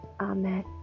Amen